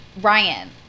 Ryan